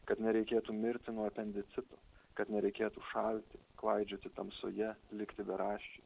kad nereikėtų mirti nuo apendicito kad nereikėtų šalti klaidžioti tamsoje likti beraščiais